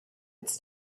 its